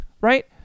right